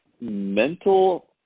mental